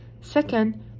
Second